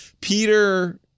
Peter